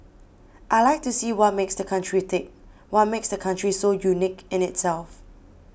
I like to see what makes the country tick what makes the country so unique in itself